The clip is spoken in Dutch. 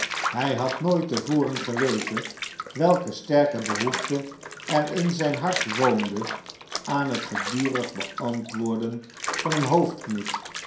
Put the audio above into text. hij had nooit te voren geweten welke sterke behoefte er in zijn hart woonde aan het gedurig beantwoorden van een